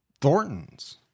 Thorntons